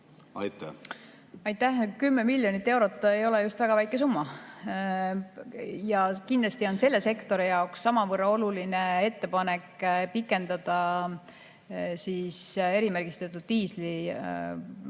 Aitäh! 10 miljonit eurot ei ole just väga väike summa. Ja kindlasti on selle sektori jaoks samavõrra oluline ettepanek pikendada erimärgistatud diisli madalamat